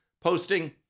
posting